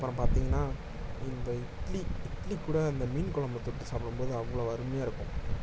அப்பறம் பார்த்தீங்கனா இந்த இட்லி இட்லிகூட அந்த மீன் குழம்பை தொட்டு சாப்பிடும்போது அவ்வளோ அருமையாக இருக்கும்